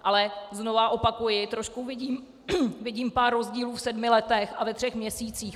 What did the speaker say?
Ale znovu opakuji, trošku vidím pár rozdílů v sedmi letech a ve třech měsících.